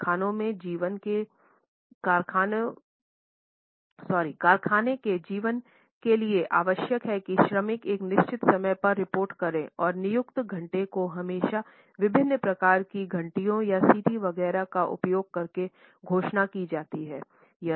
कारखाने के जीवन के लिए आवश्यक है कि श्रमिक एक निश्चित समय पर रिपोर्ट करे और नियुक्त घंटे को हमेशा विभिन्न प्रकार की घंटियो या सीटी वगैरह का उपयोग करके घोषणा की जाती थी